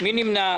מי נמנע?